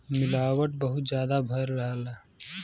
मिलावट बहुत जादा भयल रहला